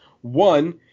one